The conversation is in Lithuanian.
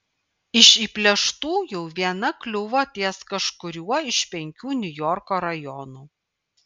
iš įplėštųjų viena kliuvo ties kažkuriuo iš penkių niujorko rajonų